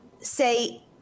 say